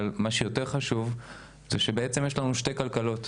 אבל מה שיותר חשוב זה שבעצם יש לנו שתי כלכלות.